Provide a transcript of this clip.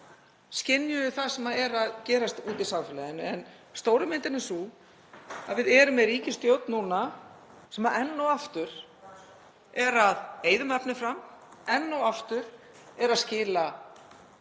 skynjuðu það sem er að gerast úti í samfélaginu. En stóra myndin er sú að við erum með ríkisstjórn núna sem enn og aftur eyðir um efni fram, er enn og aftur að skila